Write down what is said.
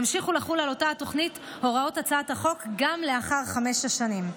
ימשיכו לחול על אותה תוכנית הוראות הצעת החוק גם לאחר חמש השנים.